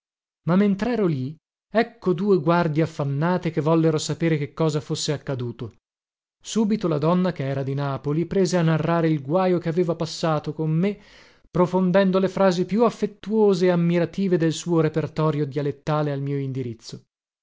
fronte ma mentrero lì ecco due guardie affannate che vollero sapere che cosa fosse accaduto subito la donna che era di napoli prese a narrare il guajo che aveva passato con me profondendo le frasi più affettuose e ammirative del suo repertorio dialettale al mio indirizzo